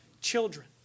children